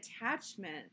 attachment